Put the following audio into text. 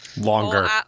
longer